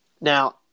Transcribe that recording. Now